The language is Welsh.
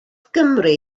gymri